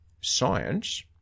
science